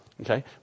Okay